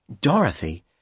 Dorothy